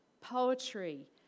poetry